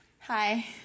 Hi